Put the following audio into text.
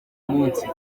munsi